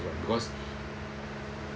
because